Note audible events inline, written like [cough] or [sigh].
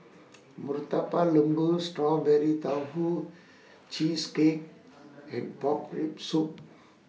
[noise] Murtabak Lembu Strawberry Tofu Cheesecake and Pork Rib Soup